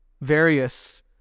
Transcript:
various